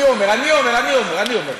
אני אומר, אני אומר, אני אומר.